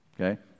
okay